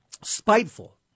spiteful